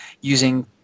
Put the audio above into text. using